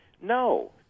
No